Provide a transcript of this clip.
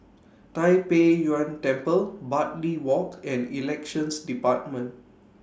Tai Pei Yuen Temple Bartley Walk and Elections department